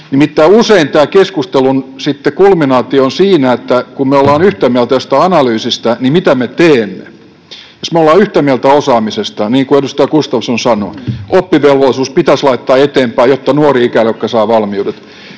tämä keskustelun kulminaatio on siinä, että kun me olemme yhtä mieltä jostain analyysistä, niin mitä me teemme. Jos me olemme yhtä mieltä osaamisesta, niin kuin edustaja Gustafsson sanoi, oppivelvollisuutta pitäisi pidentää, jotta nuori ikäluokka saa valmiudet.